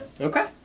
Okay